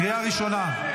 קריאה ראשונה.